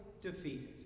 defeated